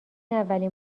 اولین